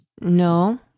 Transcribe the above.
no